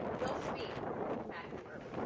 you'll speak with matthew irwin.